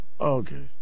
Okay